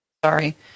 Sorry